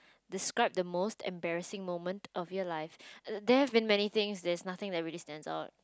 describe the most embarrassing moment of your life there have been many things there's nothing that really stands out